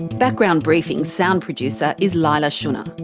background briefing's sound producer is leila shunnar.